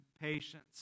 patience